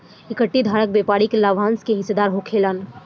equity धारक व्यापारिक लाभांश के हिस्सेदार होखेलेन